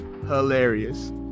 hilarious